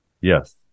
Yes